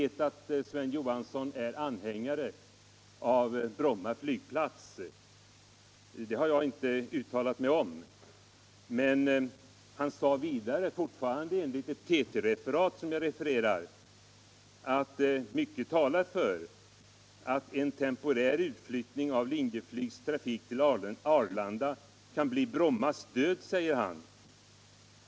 Jag vet att Sven Johansson är anhängare av Bromma flygplats — det har jag inte uttalat mig om. Men han sade vidare — fortfarande enligt ett TT-referat — att mycket talar för att en temporär utflyttning av Linjeflygs trafik till Arlanda kan bli Brommas död.